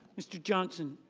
mr. johnson